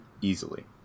easily